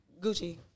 Gucci